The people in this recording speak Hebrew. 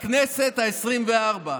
הכנסת העשרים-וארבע.